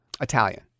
Italian